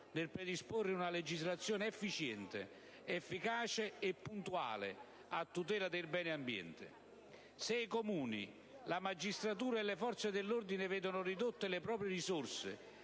nel predisporre una legislazione efficace, efficiente e puntuale a tutela del bene ambiente. Se i Comuni, la magistratura e le forze dell'ordine vedono ridotte le proprie risorse,